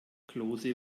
klose